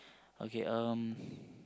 okay um